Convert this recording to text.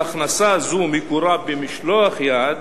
והכנסה זו מקורה במשלח יד,